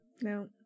No